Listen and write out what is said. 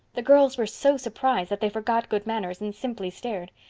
the girls were so surprised that they forgot good manners and simply stared.